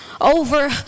Over